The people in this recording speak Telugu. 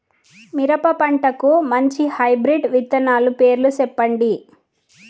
మిరప పంటకు మంచి హైబ్రిడ్ విత్తనాలు పేర్లు సెప్పండి?